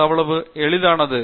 அது அவ்வளவு எளிதானது